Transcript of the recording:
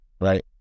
right